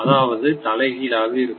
அதாவது தலைகீழாக இருக்கும்